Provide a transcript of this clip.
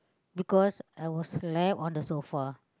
because I was slack on the sofa